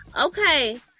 okay